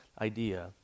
idea